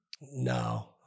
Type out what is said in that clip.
No